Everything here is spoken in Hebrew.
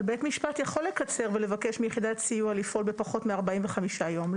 אבל בית משפט יכול לקצר ולבקש מיחידת סיוע לפעול בפחות מ-45 ימים,